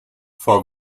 for